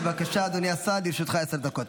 בבקשה, אדוני השר, לרשותך עשר דקות.